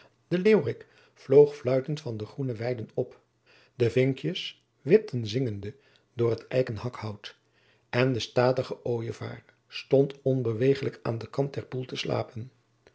de leeuwrik vloog fluitend van de groene weiden op de vinkjens wipten zingende door het eiken hakhout en de statige ojevaar stond onbeweeglijk aan den kant der poel te slapen